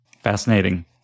Fascinating